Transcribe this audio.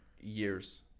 years